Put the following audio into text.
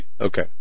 Okay